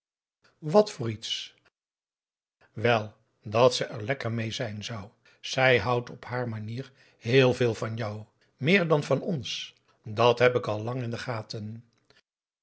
wat voor iets wel dat ze er lekker mee zijn zou zij houdt aum op haar manier heel veel van jou meer dan van ons dat heb ik al lang in de gaten